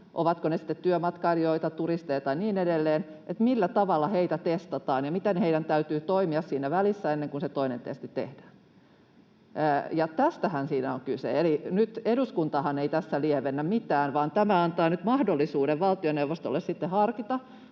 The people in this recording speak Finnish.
ovatpa he sitten työmatkailijoita, turisteja tai niin edelleen — millä tavalla heitä testataan ja miten heidän täytyy toimia siinä välissä ennen kuin se toinen testi tehdään. Tästähän siinä on kyse, eli nyt eduskuntahan ei tässä lievennä mitään, vaan tämä antaa nyt mahdollisuuden valtioneuvostolle sitten harkita,